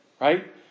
Right